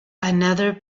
another